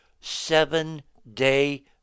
seven-day